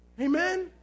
Amen